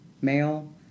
male